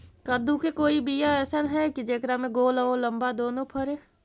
कददु के कोइ बियाह अइसन है कि जेकरा में गोल औ लमबा दोनो फरे?